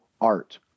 art